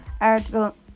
article